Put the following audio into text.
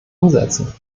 umsetzen